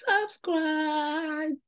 Subscribe